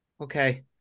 Okay